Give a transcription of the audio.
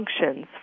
functions